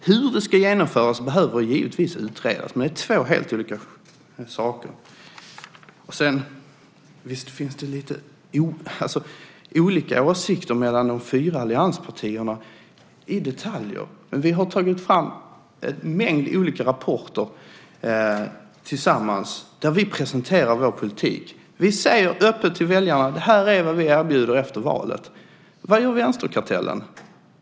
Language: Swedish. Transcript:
Hur det ska genomföras behöver givetvis utredas, men det är två helt olika saker. Visst finns det olika åsikter mellan de fyra allianspartierna i detaljer. Men vi har tillsammans tagit fram en mängd olika rapporter där vi presenterar vår politik. Vi säger öppet till väljarna: Det här är vad vi erbjuder efter valet. Vad gör vänsterkartellen?